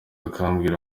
akambwira